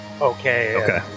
okay